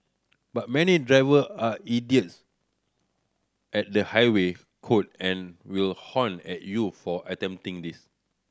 but many driver are idiots at the highway code and will honk at you for attempting this